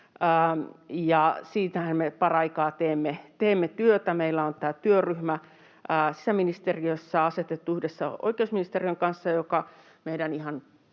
Siinähän me paraikaa teemme työtä. Meillä on sisäministeriössä yhdessä oikeusministeriön kanssa asetettu